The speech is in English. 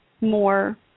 more